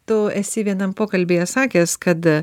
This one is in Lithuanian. tu esi vienam pokalbyje sakęs kad